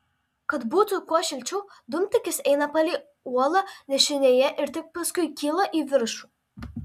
kad būtų kuo šilčiau dūmtakis eina palei uolą dešinėje ir tik paskui kyla į viršų